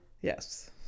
Yes